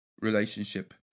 relationship